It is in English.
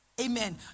Amen